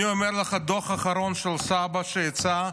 אני אומר לך: הדוח האחרון של סבא"א שיצא,